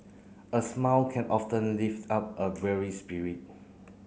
a smile can often lift up a weary spirit